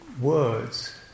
words